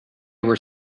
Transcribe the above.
were